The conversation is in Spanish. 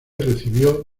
recibió